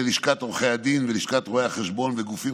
ללשכת עורכי הדין וללשכת רואי החשבון וגופים